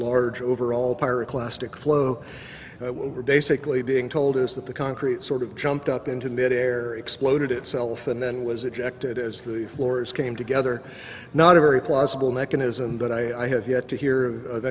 large overall pirate plastic flow we're basically being told is that the concrete sort of jumped up into mid air exploded itself and then was ejected as the floors came together not a very plausible mechanism but i have yet to hear of